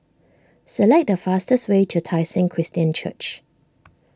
select the fastest way to Tai Seng Christian Church